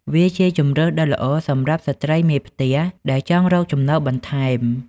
វាជាជម្រើសដ៏ល្អសម្រាប់ស្ត្រីមេផ្ទះដែលចង់រកចំណូលបន្ថែម។